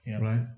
right